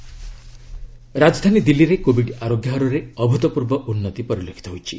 Delhi covid update ରାଜଧାନୀ ଦିଲ୍ଲୀରେ covid ଆରୋଗ୍ୟ ହାରରେ ଅଭ୍ତପୂର୍ବ ଉନ୍ନତି ପରିଲକ୍ଷିତ ହୋଇଛି